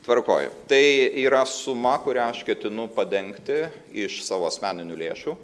tvarkoj tai yra suma kurią aš ketinu padengti iš savo asmeninių lėšų